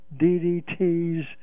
DDT's